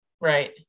right